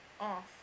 off